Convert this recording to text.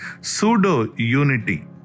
pseudo-unity